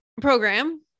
program